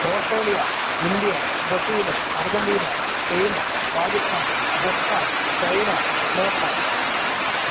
Australia India Brazil Argentina Spain Pakistan Japan China Nepal